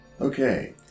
Okay